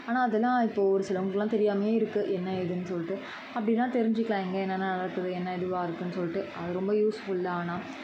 ஆனால் அதெல்லாம் இப்போது ஒரு சிலவங்களுக்கெலாம் தெரியாமயே இருக்குது என்ன ஏதுன்னு சொல்லிட்டு அப்படின்னா தெரிஞ்சிக்கலாம் எங்கே என்னென்ன நடக்குது என்ன இதுவாக இருக்குதுன்னு சொல்லிட்டு அது ரொம்ப யூஸ்ஃபுல் தான் ஆனால்